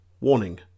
Warning